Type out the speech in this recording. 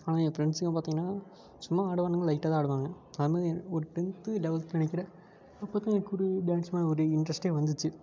ஆனால் என் ப்ரெண்ட்ஸுங்க பார்த்தீங்கன்னா சும்மா ஆடுவானுங்க லைட்டாக தான் ஆடுவாங்க அது மாதிரி என் ஒரு டென்த்து லெவல்த்து நினைக்கிறேன் அப்போ தான் எனக்கொரு டேன்ஸ் மேல் ஒரு இன்ட்ரெஸ்ட்டே வந்துச்சு